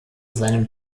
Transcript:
seinem